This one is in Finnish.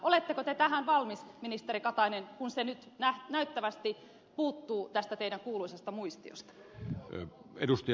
oletteko te tähän valmis ministeri katainen kun se nyt nähtävästi puuttuu tästä teidän kuuluisasta muistiostanne